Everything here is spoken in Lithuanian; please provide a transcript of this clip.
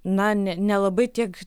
na ne nelabai tiek